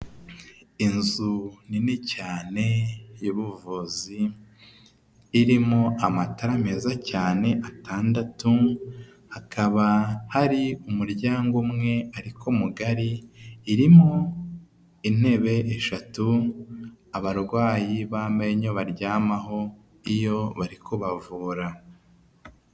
Inzu nini cyane y'ubuvuzi, irimo amatara meza cyane atandatu, hakaba hari umuryango umwe, ariko mugari, irimo intebe eshatu, abarwayi b'amenyo baryamaho iyo bari kubavura.